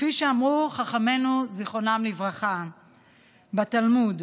כפי שאמרו חכמינו זיכרונם לברכה בתלמוד,